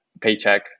paycheck